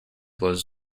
blows